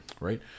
right